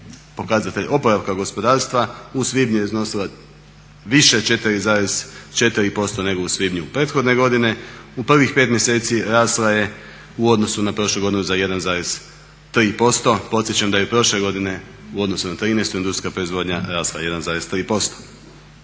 pokazatelj oporavka gospodarstva, u svibnju je iznosila više 4,4% nego u svibnju prethodne godine. U prvih 5 mjeseci rasla je u odnosu na prošlu godinu za 1,3%. Podsjećam da je i prošle godine u odnosu na '13. industrijska proizvodnja rasla 1,3%.